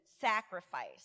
sacrifice